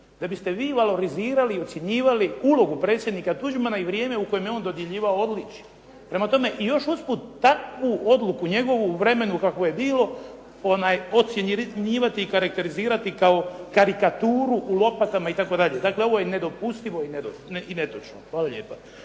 da biste valorizirali i ucjenjivali ulogu predsjednika Tuđmana i vrijeme u kojem je on dodjeljivao odličje. Prema tome, i još usput takvu odluku njegovu u vremenu kako je bilo, ocjenjivati i karikarizirati kao karikaturu u lopatama itd. Dakle, ovo je nedopustivo i netočno. Hvala lijepo.